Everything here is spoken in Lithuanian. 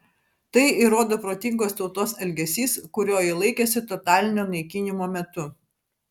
tai įrodo protingos tautos elgesys kurio ji laikėsi totalinio naikinimo metu